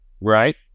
Right